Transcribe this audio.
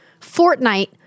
Fortnite